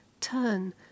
turn